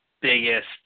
biggest